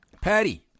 Patty